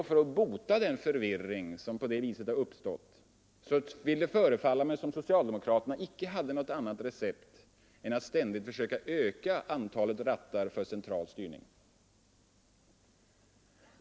För att bota den förvirring som på det viset har uppstått vill det förefalla som om socialdemokraterna icke hade något annat recept än att ständigt försöka öka antalet rattar för central styrning.